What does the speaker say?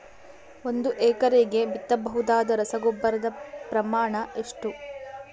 ಒಂದು ಎಕರೆಗೆ ಬಿತ್ತಬಹುದಾದ ರಸಗೊಬ್ಬರದ ಪ್ರಮಾಣ ಎಷ್ಟು?